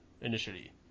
initially